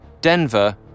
Denver